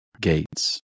Gates